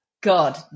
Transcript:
God